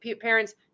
parents